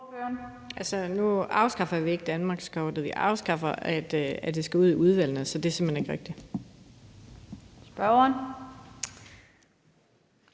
Nu afskaffer vi ikke danmarkskortet. Vi afskaffer, at det skal ud i udvalgene, så det er simpelt hen ikke rigtigt.